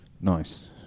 nice